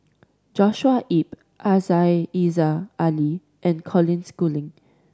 Joshua Ip Aziza Ali and Colin Schooling